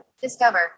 Discover